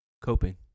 coping